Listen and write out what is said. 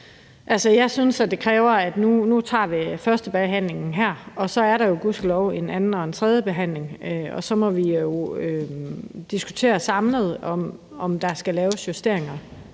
Jeg synes, at det kræver, at vi nu tager førstebehandlingen her, og så er der jo gudskelov også en anden- og en tredjebehandling, og så må vi samlet diskutere, om der skal laves justeringer.